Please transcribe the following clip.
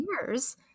years